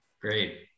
Great